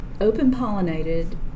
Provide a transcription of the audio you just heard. open-pollinated